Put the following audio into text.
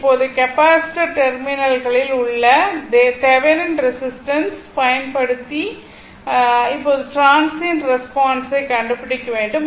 இப்போது கெப்பாசிட்டர் டெர்மினல்களில் உள்ள தேவனின் ரெசிஸ்டன்ஸ் பயன்படுத்தி இப்போது டிரன்சியண்ட் ரெஸ்பான்ஸ் ஐ கண்டுபிடிக்க வேண்டும்